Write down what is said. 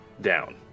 down